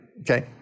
Okay